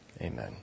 Amen